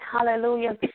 Hallelujah